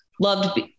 loved